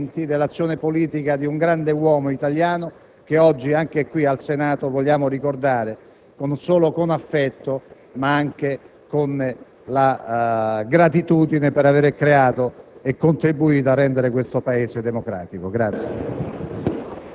l'interesse generale e il bene comune sono stati i fondamenti dell'azione politica di un grande uomo italiano, che oggi anche qui al Senato vogliamo ricordare non solo con affetto, ma anche con gratitudine per aver creato